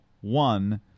one